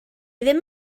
ddim